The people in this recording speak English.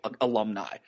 alumni